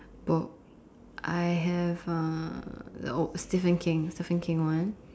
bo~ I have uh the uh Stephen-King Stephen-King one